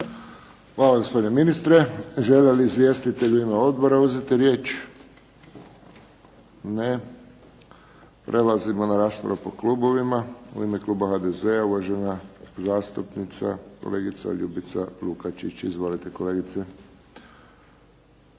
Hvala gospodine ministre. Žele li izvjestitelji u ime odbora uzeti riječ? Ne. Prelazimo na raspravu po klubovima. U ime kluba HDZ-a uvažena zastupnica kolegica Ljubica Lukačić. Izvolite kolegice.